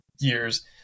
years